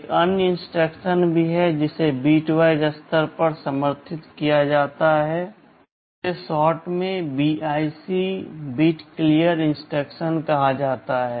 एक अन्य इंस्ट्रक्शन भी है जिसे बिटवाइज़ स्तर पर समर्थित किया जाता है इसे शॉर्ट में BIC बिट क्लियर इंस्ट्रक्शन कहा जाता है